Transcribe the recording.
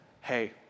hey